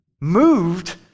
moved